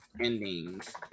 endings